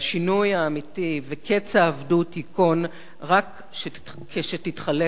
השינוי האמיתי וקץ העבדות ייכונו רק כשתתחלף